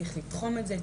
צריך לתחום את זה,